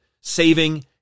Saving